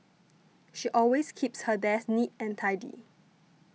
she always keeps her desk neat and tidy